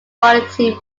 quality